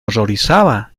horrorizaba